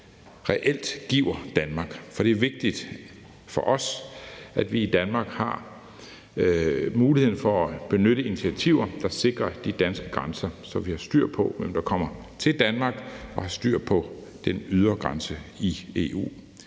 reelt giver Danmark. For det er vigtigt for os, at vi i Danmark har mulighed for at benytte initiativer, der sikrer de danske grænser, så vi har styr på, hvem der kommer til Danmark, og har styr på den ydre grænse i EU.